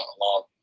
long